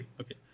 Okay